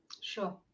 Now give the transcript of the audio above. Sure